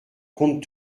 compte